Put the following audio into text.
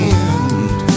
end